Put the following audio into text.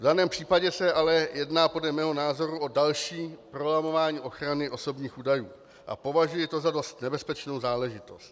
V daném případě se ale jedná podle mého názoru o další prolamování ochrany osobních údajů a považuji to za dost nebezpečnou záležitost.